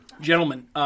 gentlemen